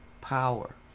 power